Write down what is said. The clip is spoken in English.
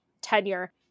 tenure